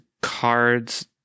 cards